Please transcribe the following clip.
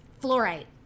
fluorite